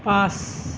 পাঁচ